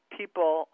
people